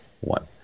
one